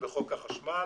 בחוק החשמל.